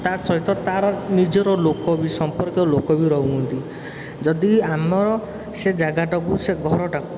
ତା' ସହିତ ତାର ନିଜର ଲୋକ ବି ସମ୍ପର୍କୀୟ ଲୋକ ବି ରହୁଛନ୍ତି ଯଦି ଆମର ସେ ଜାଗାଟାକୁ ସେ ଘରଟାକୁ